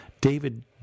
David